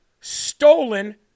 stolen